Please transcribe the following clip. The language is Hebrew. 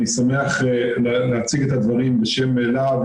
אני שמח להציג את הדברים בשם לה"ב,